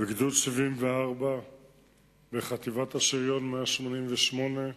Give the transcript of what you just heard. בגדוד 74 בחטיבת השריון 188,